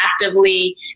actively